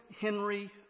Henry